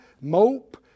mope